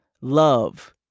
love